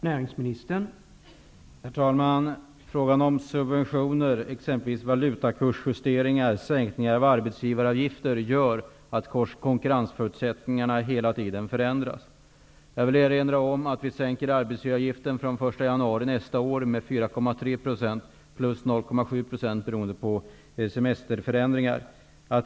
Herr talman! Subventioner exempelvis i form av valutakursjusteringar och sänkningar av arbetsgivaravgifter gör att konkurrensförutsättningarna hela tiden förändras. Jag vill erinra om att vi den första januari nästa år sänker arbetsgivaravgiften med 4,3 % och att ytterligare en sänkning motsvarande 0,7 % kommer till beroende på semesterförändringar.